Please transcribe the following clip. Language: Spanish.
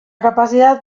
capacidad